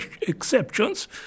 exceptions